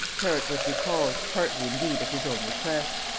perrot was recalled, partly indeed at his own request.